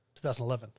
2011